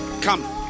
Come